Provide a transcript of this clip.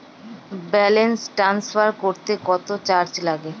Balance transfer করতে কত charge লাগে?